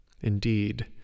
Indeed